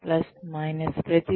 plus minus ప్రతిదీ